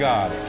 God